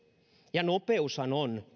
ja nopeushan on